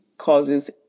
causes